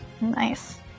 Nice